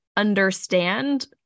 understand